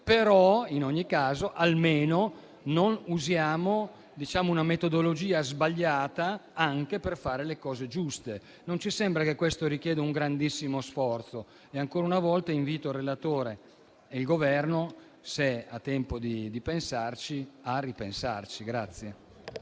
In ogni caso, almeno non usiamo una metodologia sbagliata anche per fare le cose giuste. Non ci sembra che questo richieda un grandissimo sforzo. Ancora una volta invito il relatore e il Governo, se hanno tempo di pensarci, a ripensarci.